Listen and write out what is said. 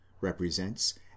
represents